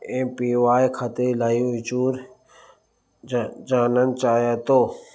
एं पी वाए खाते लाइ विचूरु जा ॼाणणु चाहियां थो